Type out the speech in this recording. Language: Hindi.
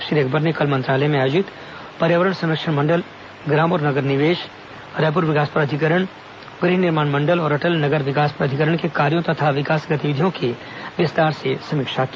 श्री अकबर ने कल मंत्रालय में आयोजित पर्यावरण संरक्षण मंडल ग्राम और नगर निवेश रायपुर विकास प्राधिकरण गृह निर्माण मंडल और अटल नगर विकास प्राधिकरण के कार्यों तथा विकास गतिविधियों की विस्तार से समीक्षा की